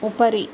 उपरि